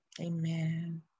Amen